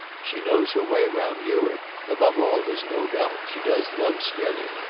she knows her way round europe. above all there's no doubt she does love strether.